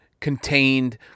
contained